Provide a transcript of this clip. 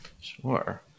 Sure